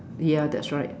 ya that's right